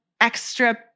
extra